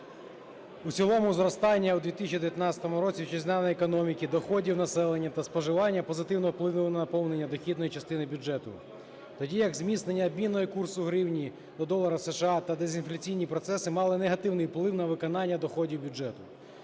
В цілому зростання в 2019 році вітчизняної економіки доходів населення та споживання позитивного впливу на наповнення дохідної частини бюджету. Тоді як зміцнення обмінного курсу гривні до долара США та дезінфляційні процеси мали негативний вплив на виконання доходів бюджету.